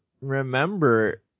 remember